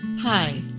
Hi